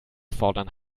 fordern